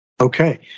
Okay